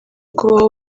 kubaho